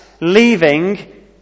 leaving